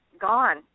gone